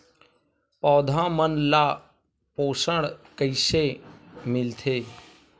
पौधा मन ला पोषण कइसे मिलथे?